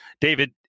David